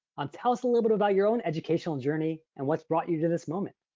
um tell us a little bit about your own educational journey, and what's brought you to this moment.